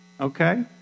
Okay